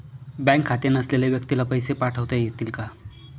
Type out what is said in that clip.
Bank खाते नसलेल्या व्यक्तीला पैसे पाठवता येतील का?